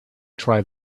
try